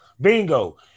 Bingo